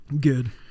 Good